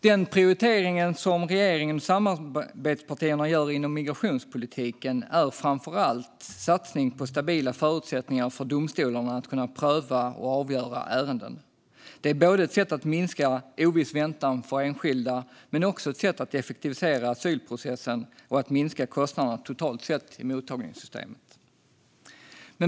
Den prioritering som regeringen och samarbetspartierna gör inom migrationspolitiken är framför allt en satsning på stabila förutsättningar för domstolarna att pröva och avgöra ärenden. Det är både ett sätt att minska oviss väntan för enskilda och ett sätt att effektivisera asylprocessen och att minska kostnaderna totalt sett i mottagningssystemet.